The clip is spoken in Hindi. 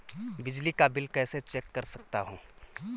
बिजली का बिल कैसे चेक कर सकता हूँ?